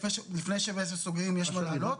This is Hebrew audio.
לפני שסוגרים יש מה להעלות,